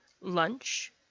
Lunch